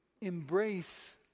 embrace